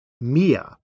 Mia